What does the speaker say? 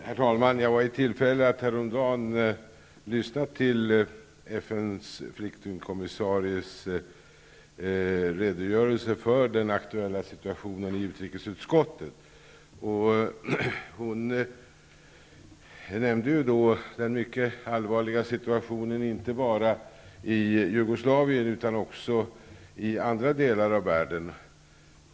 Herr talman! Jag hade häromdagen tillfälle att i utrikesutskottet lyssna till FN:s flyktingkommissaries redogörelse för den aktuella situationen. Hon nämnde då den mycket allvarliga situationen inte bara i Jugoslavien utan även i andra delar av världen.